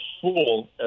fool